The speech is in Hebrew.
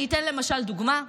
אני אתן למשל דוגמה: